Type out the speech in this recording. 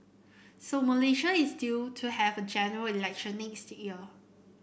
so Malaysia is due to have a General Election next year